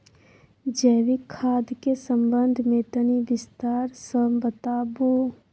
जैविक खाद के संबंध मे तनि विस्तार स बताबू?